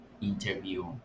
interview